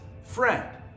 friend